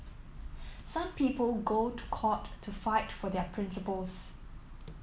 some people go to court to fight for their principles